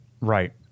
Right